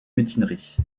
mutinerie